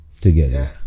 Together